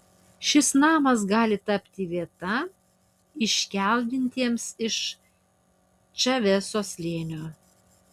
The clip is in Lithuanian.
šis namas gali tapti vieta iškeldintiesiems iš čaveso slėnio